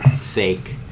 sake